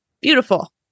beautiful